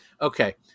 Okay